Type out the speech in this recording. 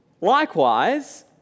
Likewise